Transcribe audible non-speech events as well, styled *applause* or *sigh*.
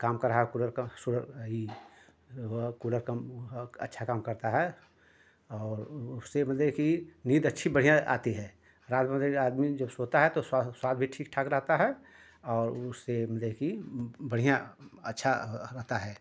काम कर रहा है कूलर सुलर है इ वह कूलर कम वह अच्छा काम करता है और उससे मतलब कि नींद अच्छी बढ़िया आती है रात में *unintelligible* आदमी जब सोता है तो स्वः स्वाद भी ठीक ठाक रहता है और उससे मतलब कि बढ़िया अच्छा रहता है